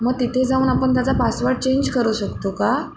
मग तिथे जाऊन आपण त्याचा पासवड चेंज करू शकतो का